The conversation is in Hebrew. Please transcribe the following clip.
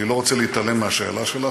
אני לא רוצה להתעלם מהשאלה שלך,